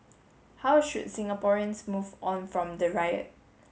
how should Singaporeans move on from the riot